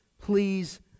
please